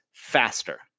faster